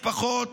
משפחות,